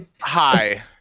Hi